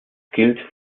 gilt